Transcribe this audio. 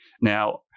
Now